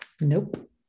Nope